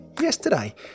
yesterday